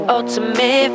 ultimate